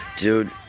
Dude